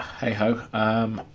hey-ho